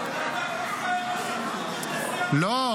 --- אתה כופר בסמכות של נשיא --- לא.